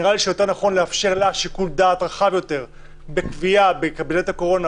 נראה לי יותר נכון לאפשר לה שיקול דעת רחב יותר בקביעה בקבינט הקורונה,